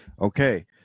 okay